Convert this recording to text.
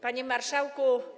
Panie Marszałku!